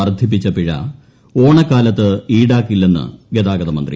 വർധിപ്പിച്ചുപിഴ ഓണ്ക്കാലത്ത് ഇൌടാക്കില്ലെന്ന് ഗതാഗത മന്ത്രി